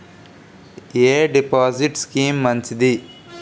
ఎ deposit scheme మంచిది?